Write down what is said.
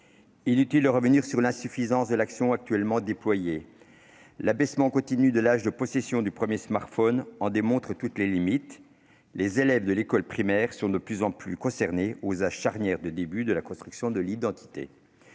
inutile de revenir sur l'insuffisance de l'action actuellement déployée : l'abaissement continu de l'âge de possession du premier smartphone en démontre toutes les limites. Les élèves de l'école primaire sont de plus en plus largement concernés, aux âges charnières du début de la construction de l'identité.